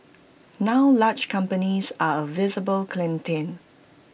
now large companies are A visible clientele